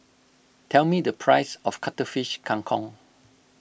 tell me the price of Cuttlefish Kang Kong